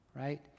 Right